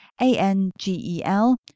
A-N-G-E-L